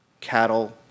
cattle